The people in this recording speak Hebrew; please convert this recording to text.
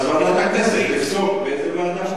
אני לא אקפח אותך.